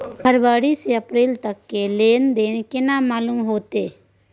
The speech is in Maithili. फरवरी से अप्रैल तक के लेन देन केना मालूम होते?